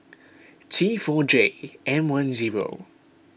T four J M one zero